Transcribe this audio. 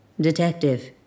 Detective